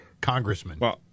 Congressman